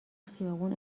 خیابون